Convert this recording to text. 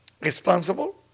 responsible